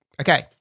Okay